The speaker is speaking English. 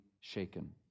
shaken